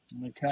Okay